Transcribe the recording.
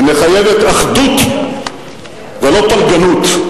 היא מחייבת אחדות ולא פלגנות.